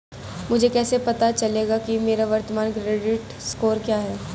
मुझे कैसे पता चलेगा कि मेरा वर्तमान क्रेडिट स्कोर क्या है?